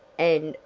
and,